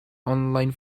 online